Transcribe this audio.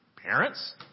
Parents